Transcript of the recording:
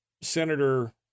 Senator